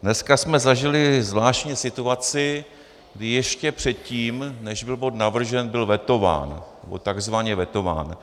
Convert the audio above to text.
Dnes jsme zažili zvláštní situaci, kdy ještě předtím než byl bod navržen, byl vetován nebo takzvaně vetován.